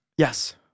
Yes